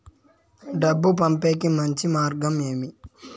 డబ్బు పంపేకి మంచి మార్గం ఏమి